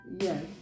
Yes